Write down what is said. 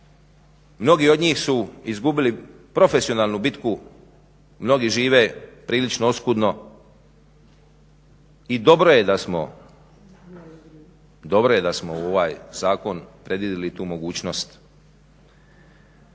Mnogi od njih su izgubili profesionalnu bitku, mnogi žive prilično oskudno i dobro je da smo u ovaj zakon predvidjeli i tu mogućnost.